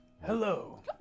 Hello